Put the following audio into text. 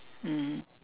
mm